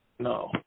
No